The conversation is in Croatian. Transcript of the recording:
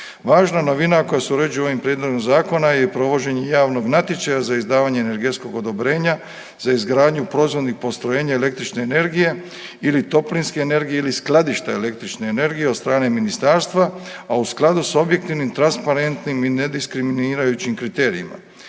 Važna novina koja se uređuje ovim Prijedlogom zakona je provođenje javnog natječaja za izdavanje energetskog odobrenja, za izgradnju proizvodih postrojenja električne energije ili toplinske energije ili skladišta električne energije od strane Ministarstva, a u skladu s objektivnim transparentnim i nediskriminirajućim kriterijima.